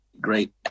great